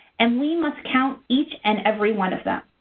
and we must count each and every one of them.